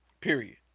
period